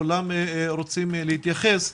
כולם רוצים להתייחס,